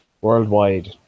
worldwide